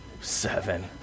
seven